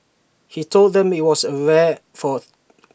he told them that IT was rare for